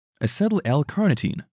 Acetyl-L-carnitine